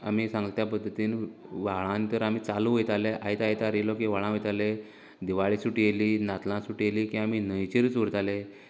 आमी सांगल्या त्या पद्दतीन व्हाळांत तर आमी चालू वयताले आयत आयतार येयलो की व्हाळांत वयताले दिवाळे सुटी येयली नातलां सुटी येयली की आमी न्हंयचेरच उरताले